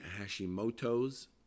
Hashimoto's